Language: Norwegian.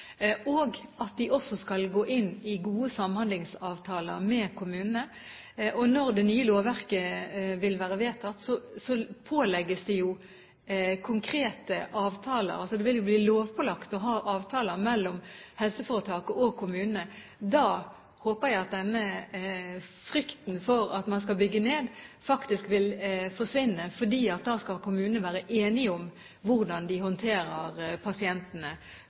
og at de også skal gå inn i gode samhandlingsavtaler med kommunene. Når det nye lovverket vil være vedtatt, pålegges de jo konkrete avtaler. Det vil altså bli lovpålagt å ha avtaler mellom helseforetaket og kommunene. Da håper jeg at frykten for at man skal bygge ned, vil forsvinne, fordi kommunene da skal være enige om hvordan de håndterer pasientene